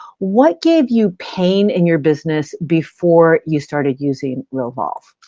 what gave you pain in your business before you started using realvolve?